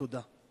תודה.